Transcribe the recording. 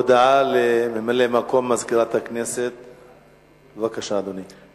הודעה לממלא-מקום מזכירת הכנסת, בבקשה, אדוני.